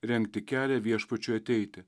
rengti kelią viešpačiui ateiti